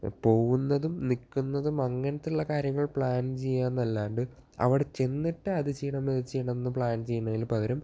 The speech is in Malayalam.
പോവുന്നതും നിൽക്കുന്നതും അങ്ങനെയുള്ള കാര്യങ്ങള് പ്ലാന് ചെയ്യാം എന്നല്ലാണ്ട് അവിടെ ചെന്നിട്ട് അത് ചെയ്യണം ഇത് ചെയ്യണം എന്ന് പ്ലാന് ചെയ്യുന്നതിനു പകരം